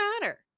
matter